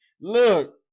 look